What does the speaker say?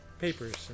papers